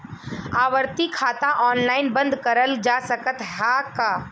आवर्ती खाता ऑनलाइन बन्द करल जा सकत ह का?